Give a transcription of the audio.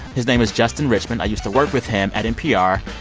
his name is justin richmond. i used to work with him at npr.